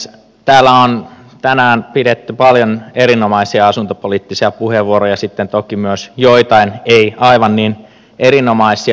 täällä on tänään pidetty paljon erinomaisia asuntopoliittisia puheenvuoroja ja sitten toki myös joitain ei aivan niin erinomaisia